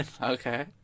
Okay